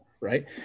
right